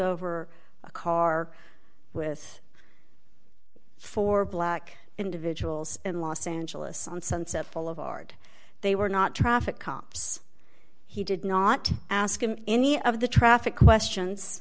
over a car with four black individuals in los angeles on sunset boulevard they were not traffic cops he did not ask him any of the traffic questions